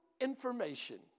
information